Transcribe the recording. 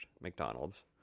McDonald's